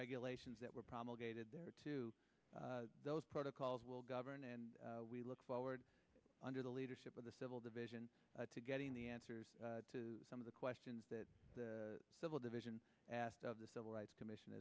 regulations that were promulgated there to those protocols will govern and we look forward under the leadership of the civil division to getting the answers to some of the questions that the civil division asked of the civil rights commission